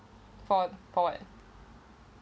for forward